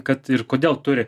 kad ir kodėl turi